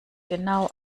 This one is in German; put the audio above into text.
genau